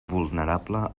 vulnerable